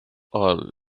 all